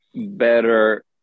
better